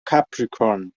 capricorn